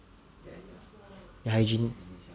hygiene